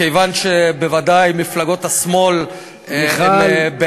מכיוון שבוודאי מפלגות השמאל הן בעד,